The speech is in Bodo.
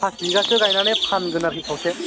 पास बिगासो गायनानै फानगोन आरोखि खावसे